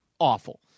awful